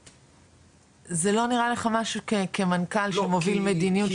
זה לא נראה לך משהו כמנכ"ל שמוביל מדיניות